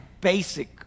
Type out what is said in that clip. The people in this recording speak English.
basic